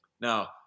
Now